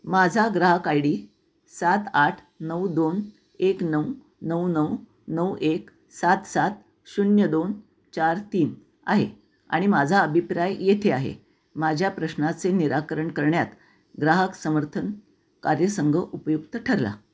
माझा ग्राहक I D सात आठ नऊ दोन एक नऊ नऊ नऊ नऊ एक सात सात शून्य दोन चार तीन आहे आणि माझा अभिप्राय येथे आहे माझ्या प्रश्नाचे निराकरण करण्यात ग्राहक समर्थन कार्यसंघ उपयुक्त ठरला